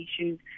issues